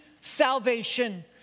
salvation